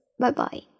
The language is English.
Bye-bye